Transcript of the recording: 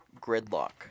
Gridlock